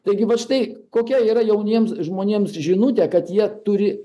taigi vat štai kokia yra jauniems žmonėms žinutė kad jie turi